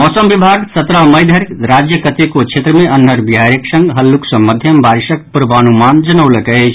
मौसम विभाग सत्रह मई धरि राज्यक कतेको क्षेत्र में अन्हर बिहारिक संग हल्लुक सॅ मध्यम बारिशक पूर्वानुमान जनौलक अछि